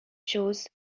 chose